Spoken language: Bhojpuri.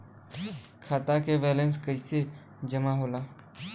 खाता के वैंलेस कइसे जमा होला?